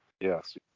Yes